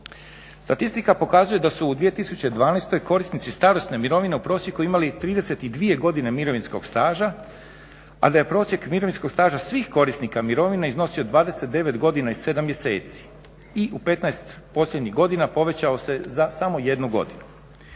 Statistika pokazuje da su u 2012.korisnici starosne mirovine u prosjeku imali 32 godine mirovinskog staža a da je prosjek mirovinskog staža svih korisnika mirovina iznosio 29 godina i 7 mjeseci i u 15 posljednjih godina povećao se za samo jednu godinu.